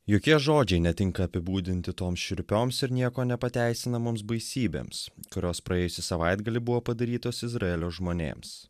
jokie žodžiai netinka apibūdinti toms šiurpioms ir niekuo nepateisinamoms baisybėms kurios praėjusį savaitgalį buvo padarytos izraelio žmonėms